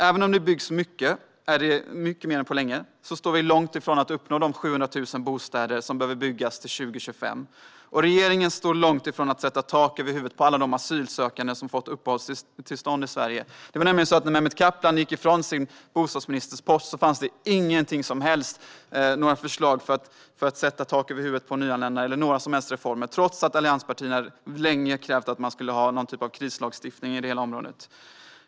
Även om det byggs mycket mer än på länge står vi långt ifrån att uppnå de 700 000 bostäder som behöver byggas till 2025, och regeringen står långt ifrån att sätta tak över huvudet på alla de asylsökande som har fått uppehållstillstånd i Sverige. När Mehmet Kaplan gick från sin post som bostadsminister fanns det nämligen inga som helst förslag för att sätta tak över huvudet på nyanlända eller några som helst reformer, trots att allianspartierna länge krävt någon typ av krislagstiftning på det området.